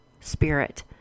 spirit